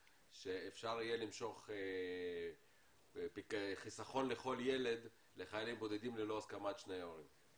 שאפשר יהיה למשוך חיסכון לכל ילד לחיילים בודדים ללא הסכמת שני ההורים?